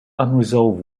unresolved